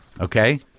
Okay